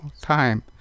time